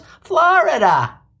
Florida